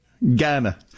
Ghana